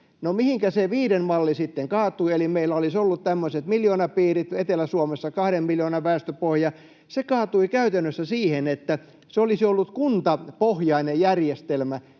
mihinkä se viiden malli sitten kaatui? Eli se, että meillä olisi ollut tämmöiset miljoonapiirit ja Etelä-Suomessa kahden miljoonan väestöpohja, kaatui käytännössä siihen, että se olisi ollut kuntapohjainen järjestelmä,